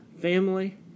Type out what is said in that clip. family